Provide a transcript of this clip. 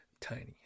Tiny